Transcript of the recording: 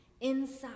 inside